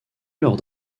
lors